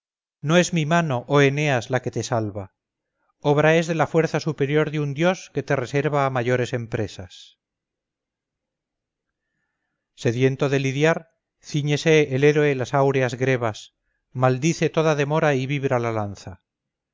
no es mi mano oh eneas la que te salva obra es de la fuerza superior de un dios que te reserva a mayores empresas sediento de lidiar cíñese el héroe las áureas grebas maldice toda demora y vibra la lanza